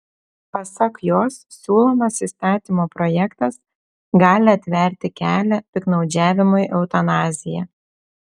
pasak jos siūlomas įstatymo projektas gali atverti kelią piktnaudžiavimui eutanazija